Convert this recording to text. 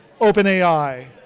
OpenAI